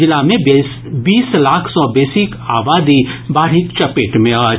जिला मे बीस लाख सॅ बेसीक आबादी बाढ़िक चपेट मे अछि